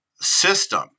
system